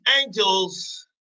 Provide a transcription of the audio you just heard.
angels